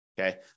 Okay